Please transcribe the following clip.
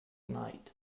night